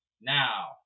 Now